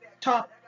top